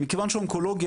מכיוון שאונקולוגיה,